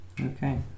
Okay